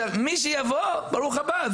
מי שיבוא, ברוך הבא.